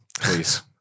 Please